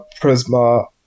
Prisma